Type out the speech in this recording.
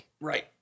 Right